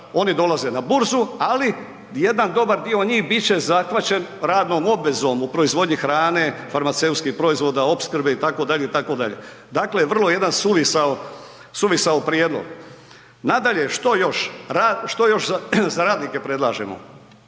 oni dolaze na burzu, ali jedan dobar dio njih bit će zahvaćen radnom obvezom u proizvodnji hrane, farmaceutskih proizvoda, opskrbe i tako dalje, i tako dalje. Dakle vrlo jedan suvisao, suvisao prijedlog. Nadalje, što još za radnike predlažemo?